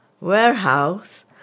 warehouse